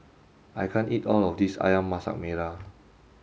I can't eat all of this Ayam Masak Merah